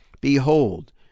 Behold